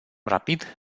rapid